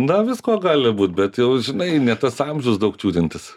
na visko gali būt bet jau žinai ne tas amžius daug čiūdintis